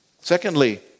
Secondly